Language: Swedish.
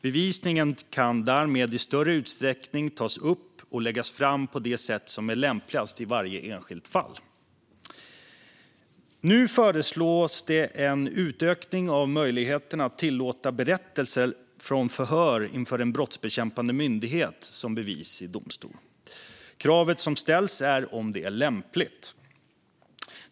Bevisningen kan därmed i större utsträckning tas upp och läggas fram på det sätt som är lämpligast i varje enskilt fall. Nu föreslås en utökning av möjligheten att tillåta berättelser från förhör inför en brottsbekämpande myndighet som bevis i domstol. Kravet som ställs är om det är lämpligt.